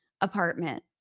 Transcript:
apartment